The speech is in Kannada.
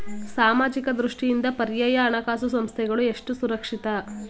ಸಾಮಾಜಿಕ ದೃಷ್ಟಿಯಿಂದ ಪರ್ಯಾಯ ಹಣಕಾಸು ಸಂಸ್ಥೆಗಳು ಎಷ್ಟು ಸುರಕ್ಷಿತ?